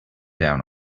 down